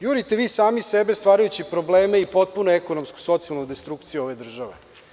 Jurite vi sami sebe stvarajući probleme i potpunu ekonomsko-socijalnu destrukciju ove države.